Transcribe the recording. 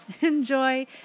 Enjoy